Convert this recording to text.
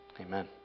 amen